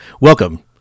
Welcome